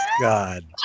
God